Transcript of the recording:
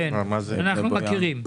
כן, אנחנו מכירים.